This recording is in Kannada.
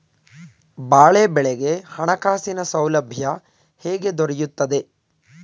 ಬಾಳೆ ಬೆಳೆಗೆ ಹಣಕಾಸಿನ ಸೌಲಭ್ಯ ಹೇಗೆ ದೊರೆಯುತ್ತದೆ?